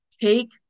take